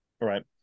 Right